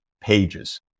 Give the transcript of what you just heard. pages